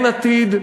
אין עתיד,